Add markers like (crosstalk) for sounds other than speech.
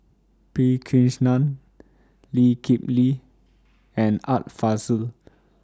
P Krishnan Lee Kip Lee (noise) and Art Fazil